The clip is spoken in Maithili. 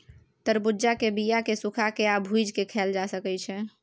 तरबुज्जा के बीया केँ सुखा के आ भुजि केँ खाएल जा सकै छै